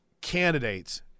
candidates